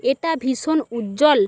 এটা ভীষণ উজ্জ্বল